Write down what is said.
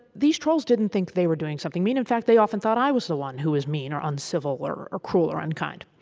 these trolls didn't think they were doing something mean. in fact, they often thought i was the one who was mean or uncivil or cruel or unkind.